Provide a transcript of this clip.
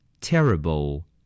terrible